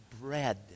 bread